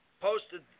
posted